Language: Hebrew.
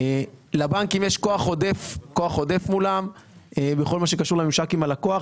לבנקים יש כוח עודף מולן בכל מה שקשוק לממשק עם הלקוח